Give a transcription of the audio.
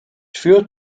führt